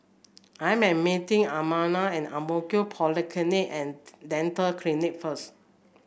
I am meeting Imanol at Ang Mo Kio Polyclinic And Dental Clinic first